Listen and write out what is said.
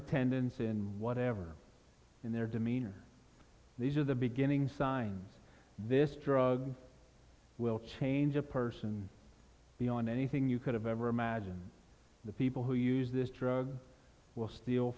attendance in whatever in their demeanor these are the beginning signs this drug will change a person beyond anything you could have ever imagined the people who use this drug will steal